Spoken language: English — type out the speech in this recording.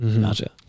Gotcha